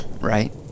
right